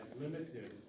limited